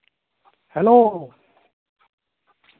hello